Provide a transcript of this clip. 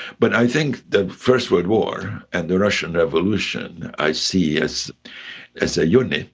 but i think the first world war and the russian revolution i see as as a unit,